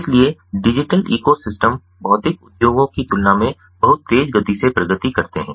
इसलिए digital ecosystem भौतिक उद्योगों की तुलना में बहुत तेज गति से प्रगति करते हैं